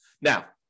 Now